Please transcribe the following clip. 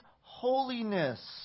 holiness